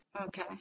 Okay